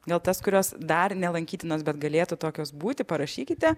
gal tas kurios dar ne lankytinos bet galėtų tokios būti parašykite